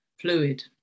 fluid